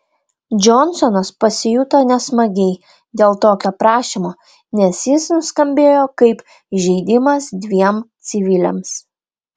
džonsonas pasijuto nesmagiai dėl tokio prašymo nes jis nuskambėjo kaip įžeidimas dviem civiliams